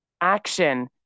Action